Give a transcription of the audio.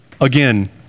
again